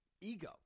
ego